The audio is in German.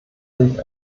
sich